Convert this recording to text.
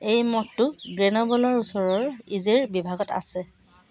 এ এই মঠটো গ্ৰেন'বলৰ ওচৰৰ ইজে'ৰ বিভাগত আছে